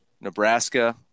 Nebraska